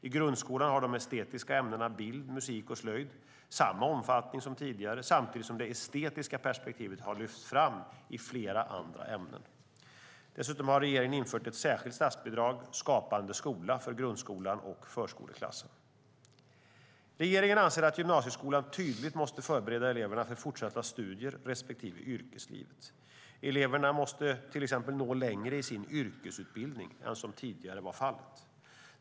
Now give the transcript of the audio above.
I grundskolan har de estetiska ämnena bild, musik och slöjd samma omfattning som tidigare samtidigt som det estetiska perspektivet har lyfts fram i flera andra ämnen. Dessutom har regeringen infört ett särskilt statsbidrag, Skapande skola, för grundskolan och förskoleklassen. Regeringen anser att gymnasieskolan tydligt måste förbereda eleverna för fortsatta studier respektive yrkeslivet. Eleverna måste till exempel nå längre i sin yrkesutbildning än vad som tidigare var fallet.